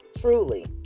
Truly